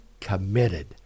committed